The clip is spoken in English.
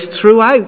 throughout